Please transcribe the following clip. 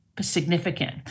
significant